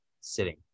sitting